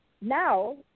now